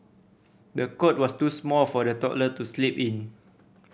the cot was too small for the toddler to sleep in